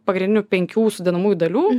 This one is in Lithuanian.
pagrindinių penkių sudedamųjų dalių